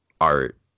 art